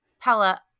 Pella